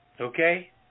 okay